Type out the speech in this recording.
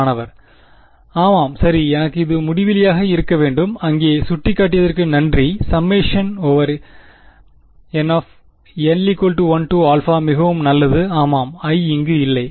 மாணவர் ஆமாம் சரி எனவே இது முடிவிலியாக இருக்க வேண்டும் அங்கே சுட்டிக்காட்டியதற்கு நன்றி சம்மேஷன் ஓவர் n nl மிகவும் நல்லது ஆமாம் i இங்கு இல்லை